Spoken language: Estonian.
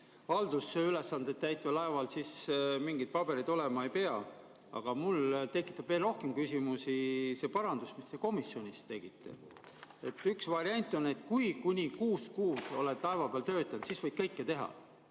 riigihaldusülesandeid täitval laeval – siis mingeid pabereid olema ei pea. Aga minus tekitab veel rohkem küsimusi see parandus, mis te komisjonis tegite. Üks variant on, et kui kuni kuus kuud oled laeva peal töötanud, siis võid kõike teha